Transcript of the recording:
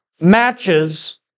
matches